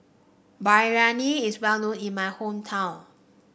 Biryani is well known in my hometown